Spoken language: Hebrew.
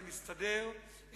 הנושא הזה מסתדר.